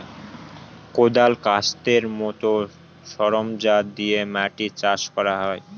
কোঁদাল, কাস্তের মতো সরঞ্জাম দিয়ে মাটি চাষ করা হয়